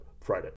Friday